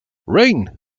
rain